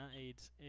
AIDS